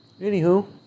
anywho